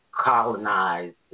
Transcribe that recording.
colonized